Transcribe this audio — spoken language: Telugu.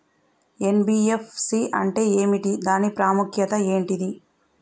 ఎన్.బి.ఎఫ్.సి అంటే ఏమిటి దాని ప్రాముఖ్యత ఏంటిది?